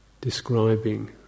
describing